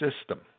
system